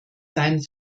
seien